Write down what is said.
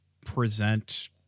present